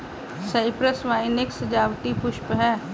Cyprus vine एक सजावटी पुष्प है